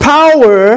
power